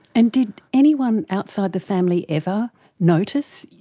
and did anyone outside the family ever notice,